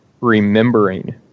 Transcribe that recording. remembering